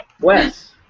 Wes